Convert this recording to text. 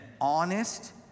honest